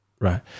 right